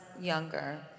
younger